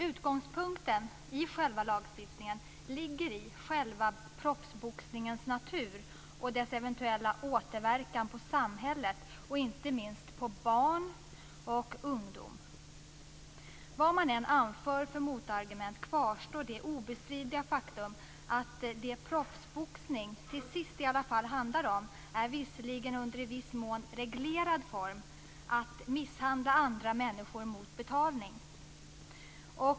Utgångspunkten i lagstiftningen ligger i själva proffsboxningens natur och dess eventuella återverkan på samhället, inte minst på barn och ungdom. Vad man än anför för motargument kvarstår det obestridliga faktum att det proffsboxning till sist handlar om är att, visserligen under i viss mån reglerad form, misshandla andra människor mot betalning.